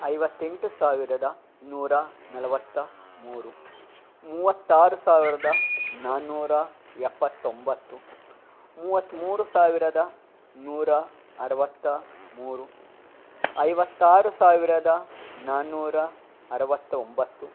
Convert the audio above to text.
ಐವತ್ತೆಂಟು ಸಾವಿರದ ನೂರ ನಲವತ್ತ ಮೂರು ಮೂವತ್ತಾರು ಸಾವಿರದ ನಾನ್ನೂರ ಎಪ್ಪತ್ತೊಂಬತ್ತು ಮೂವತ್ತ್ಮೂರು ಸಾವಿರದ ನೂರ ಅರವತ್ತ ಮೂರು ಐವತ್ತಾರು ಸಾವಿರದ ನಾನ್ನೂರ ಅರವತ್ತೊಂಬತ್ತು